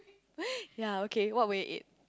ya okay what would you eat